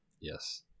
Yes